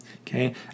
Okay